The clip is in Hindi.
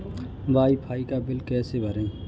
वाई फाई का बिल कैसे भरें?